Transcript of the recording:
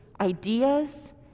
ideas